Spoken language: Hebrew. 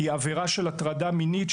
היא עבירה של הטרדה מינית,